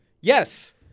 Yes